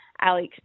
Alex